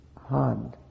hard